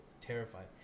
Terrified